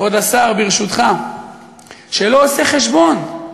כבוד השר, ברשותך, שלא עושה חשבון,